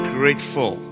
grateful